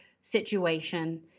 situation